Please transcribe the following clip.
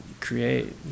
create